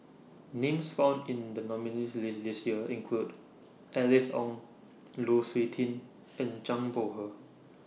Names found in The nominees' list This Year include Alice Ong Lu Suitin and Zhang Bohe